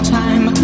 time